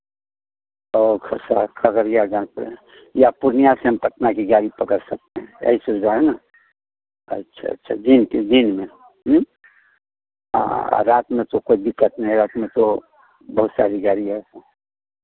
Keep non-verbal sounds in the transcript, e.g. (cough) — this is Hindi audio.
और (unintelligible) खगड़िया जाना पड़े या पूर्णियाँ से हम पटना की गाड़ी पकड़ सकते हैं यही सुविधा है ना अच्छा अच्छा दिन के दिन में आ रात में तो कोई दिक्कत नहीं रात में तो बहुत सारी गाड़ी है तो